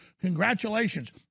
congratulations